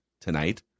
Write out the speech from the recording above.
tonight